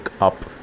up